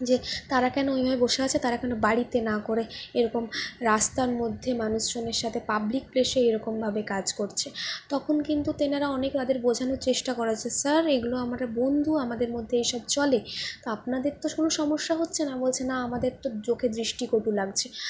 যে তারা কেন ঐভাবে বসে আছে তারা কেন বাড়িতে না করে এরকম রাস্তার মধ্যে মানুষজনের সাথে পাবলিক প্লেসে এসে এরকম ভাবে কাজ করছে তখন কিন্তু তেনারা অনেক তাদের বোঝানোর চেষ্টা করেছে স্যার এগুলো আমরা বন্ধু আমাদের মধ্যে এসব চলে আপনাদের তো কোনও সমস্যা হচ্ছে না বলছে না আমাদের তো চোখে দৃষ্টিকটু লাগছে